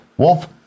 Wolf